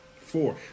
Four